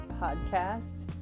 podcast